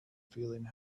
feeling